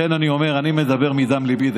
לכן אני אומר שאני מדבר מדם ליבי.